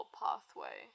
pathway